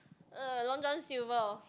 uh Long John Silver